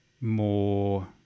more